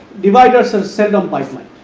divider so set um pipeline,